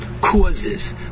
Causes